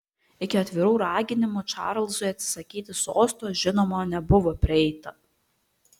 iki atvirų raginimų čarlzui atsisakyti sosto žinoma nebuvo prieita